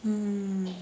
mm